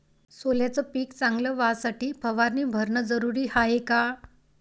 सोल्याचं पिक चांगलं व्हासाठी फवारणी भरनं जरुरी हाये का?